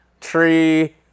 tree